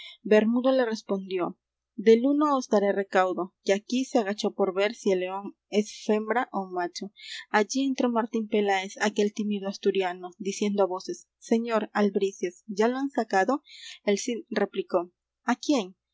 bermudo le respondió del uno os daré recaudo que aquí se agachó por ver si el león es fembra ó macho allí entró martín peláez aquel tímido asturiano diciendo á voces señor albricias ya lo han sacado el cid replicó á quién